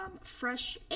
fresh